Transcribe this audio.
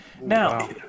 Now